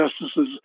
justices